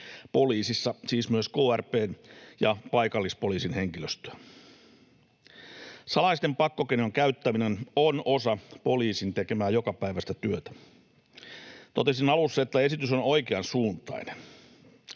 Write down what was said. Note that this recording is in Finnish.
poliisissa siis myös krp:n ja paikallispoliisin henkilöstöä. Salaisten pakkokeinojen käyttäminen on osa poliisin tekemää jokapäiväistä työtä. Totesin alussa, että esitys on oikeansuuntainen.